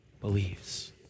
believes